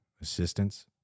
assistance